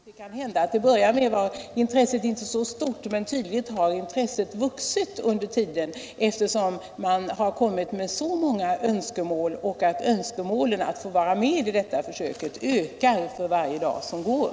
Herr talman! Det kan hända att intresset till att börja med inte var så stort, men tydligen har det vuxit under tiden, eftersom mängden av önskemål om att få vara med i försöksverksamheten ökar för varje dag som går.